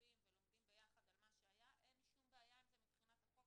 צופים ולומדים ביחד מה שהיה אין שום בעיה עם זה מבחינת החוק.